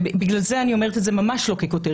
בגלל זה אני אומרת את זה ממש לא ככותרת.